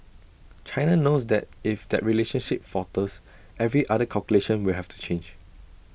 China knows that if that relationship falters every other calculation will have to change